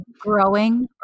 growing